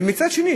ומצד שני,